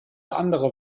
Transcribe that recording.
andere